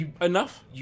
enough